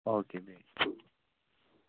okay